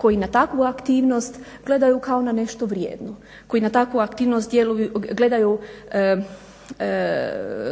koji na takvu aktivnost gledaju kao na nešto vrijedno. Koji na takvu aktivnost gledaju